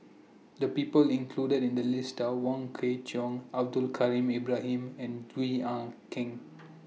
The People included in The list Are Wong Kwei Cheong Abdul Kadir Ibrahim and Gwee Ah Keng